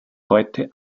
heute